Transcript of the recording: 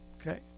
Okay